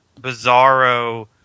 bizarro